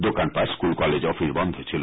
দোকানপাট school college office বন্ধ ছিল